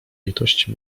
litości